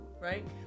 Right